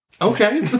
Okay